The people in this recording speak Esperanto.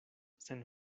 sen